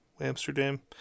amsterdam